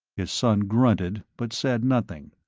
his son grunted, but said nothing.